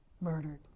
murdered